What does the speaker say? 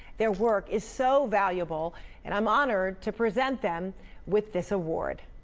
their work is so valuable and i'm honored to present them with this award.